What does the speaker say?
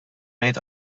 ngħid